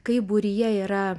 kai būryje yra